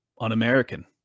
un-American